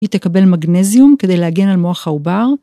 היא תקבל מגנזיום כדי להגן על מוח העובר.